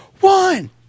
One